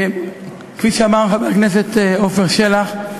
כפי שאמר חבר הכנסת עפר שלח,